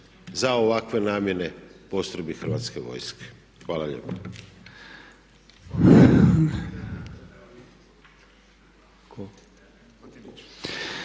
za ovakve namjene postrojbe Hrvatske vojske. Hvala lijepa.